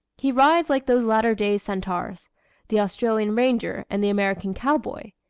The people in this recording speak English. he rides like those latter-day centaurs the australian ranger and the american cowboy.